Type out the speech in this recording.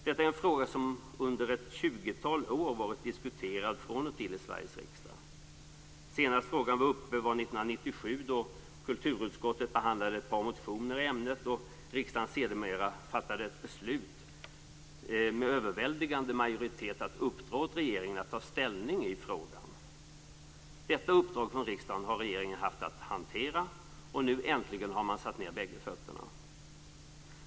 Detta är en fråga som från och till under ett tjugotal år diskuterats i Sveriges riksdag. Senast frågan var uppe var 1997, då kulturutskottet behandlade ett par motioner i ämnet och riksdagen sedermera med överväldigande majoritet fattade beslut om att uppdra åt regeringen att ta ställning i frågan. Detta uppdrag från riksdagen har regeringen haft att hantera. Äntligen har man nu satt ned bägge fötterna.